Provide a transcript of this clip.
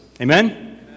Amen